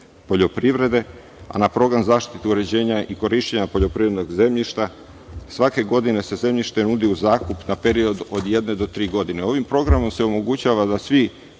poljoprivrede, a na program zaštite, uređenja i korišćenja poljoprivrednog zemljišta svake godine se zemljište nudi u zakon na period od jedne do tri godine. Ovim programom se omogućava da svi